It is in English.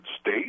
state